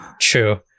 True